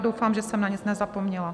Doufám, že jsem na nic nezapomněla.